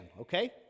okay